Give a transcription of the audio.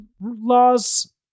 laws